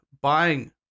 buying